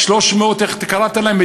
איך אתה קראת להם,